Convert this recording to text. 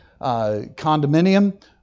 condominium